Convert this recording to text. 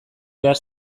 behar